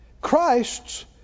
Christ's